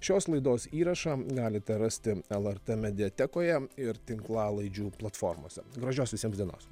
šios laidos įrašą galite rasti lrt mediatekoje ir tinklalaidžių platformose gražios visiems dienos